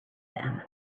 them